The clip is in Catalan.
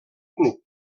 club